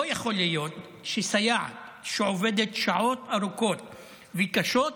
לא יכול להיות שסייעת שעובדת שעות ארוכות וקשות